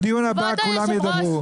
בדיון הבא כולם ידברו.